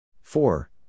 Four